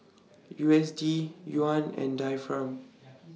U S D Yuan and Dirham